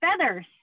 feathers